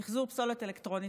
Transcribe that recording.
במחזור פסולת אלקטרונית,